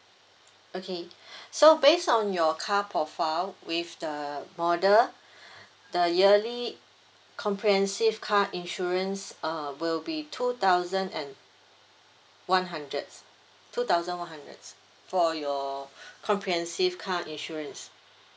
okay so based on your car profile with the model the yearly comprehensive car insurance uh will be two thousand and one hundred two thousand one hundred for your comprehensive car insurance